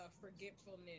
forgetfulness